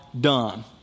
Done